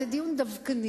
זה דיון דווקני,